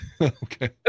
Okay